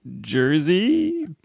jersey